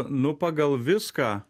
nu pagal viską